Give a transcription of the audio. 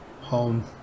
home